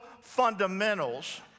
fundamentals